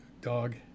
dog